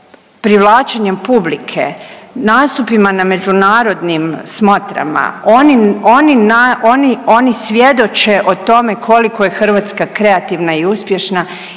privlačenjem publike, nastupima na međunarodnim smotrama, oni svjedoče o tome koliko je Hrvatska kreativna i uspješna.